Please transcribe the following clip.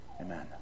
Amen